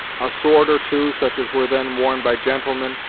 a sword or two, such as were then worn by gentlemen,